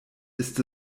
ist